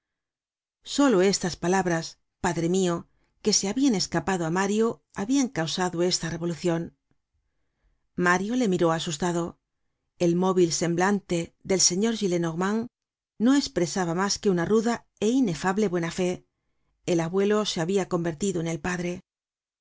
solo estas palabras padre mio que se habian escapado á mario habian causado esta revolucion mario le miró asustado el móvil semblante del señor gillenormand no espresaba mas que una ruda é inefable buena fe el abuelo se habia convertido en el padre